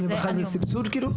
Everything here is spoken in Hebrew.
סבסוד כאילו?